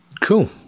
Cool